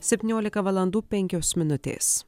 septyniolika valandų penkios minutės